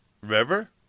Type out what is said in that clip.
Remember